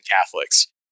Catholics